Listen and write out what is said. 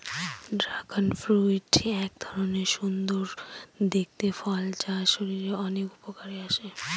dragon fruit এক ধরনের সুন্দর দেখতে ফল যা শরীরের অনেক উপকারে আসে